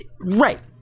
right